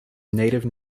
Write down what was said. native